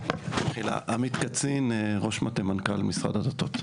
עמית קצין ראש מטה מנכ"ל משרד הדתות.